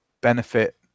Benefit